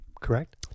correct